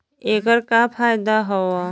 ऐकर का फायदा हव?